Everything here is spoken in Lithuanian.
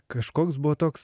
kažkoks buvo toks